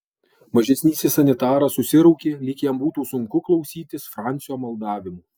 mažesnysis sanitaras susiraukė lyg jam būtų sunku klausytis francio maldavimų